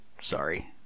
sorry